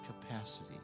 capacity